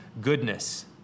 Goodness